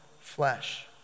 flesh